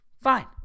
Fine